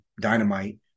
dynamite